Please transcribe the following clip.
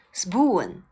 spoon